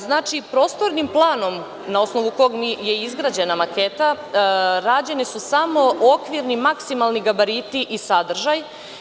Dakle, prostornim planom, na osnovu kog je izgrađena maketa, rađeni su samo okvirni maksimalni gabariti i sadržaj.